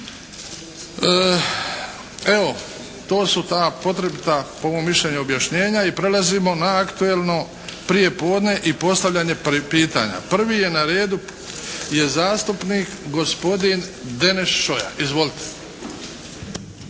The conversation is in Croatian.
Evo, to su ta potrebita po mom mišljenju objašnjenja. I prelazimo na Aktualno prijepodne i postavljanje pitanja. Prvi je na redu je zastupnik gospodin Deneš Šoja. Izvolite!